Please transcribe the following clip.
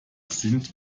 sind